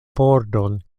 pordon